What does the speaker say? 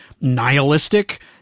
nihilistic